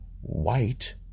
white